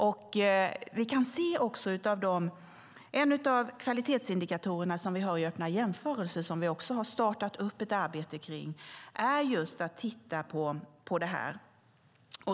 En av kvalitetsindikatorerna som vi har i Öppna jämförelser, som vi också har startat ett arbete kring, är just att titta på det här.